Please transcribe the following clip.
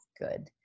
good